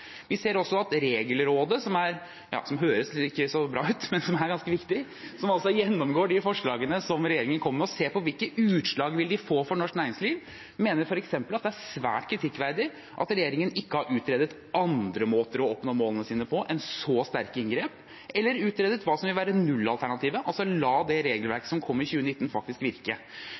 Vi ser også at Regelrådet – det høres kanskje ikke så bra ut, men det er ganske viktig – som altså gjennomgår de forslagene som regjeringen kommer med og ser på hvilke utslag de vil få for norsk næringsliv, mener f.eks. at det er svært kritikkverdig at regjeringen ikke har utredet andre måter å oppnå målene sine på enn med så sterke inngrep, eller ikke har utredet hva som vil være nullalternativet, altså å la det regelverket som kom i 2019, faktisk virke.